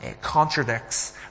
contradicts